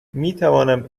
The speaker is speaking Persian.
میتوانم